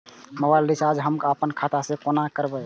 Mobile recharge हम आपन खाता से कोना करबै?